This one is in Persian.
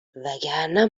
وگرنه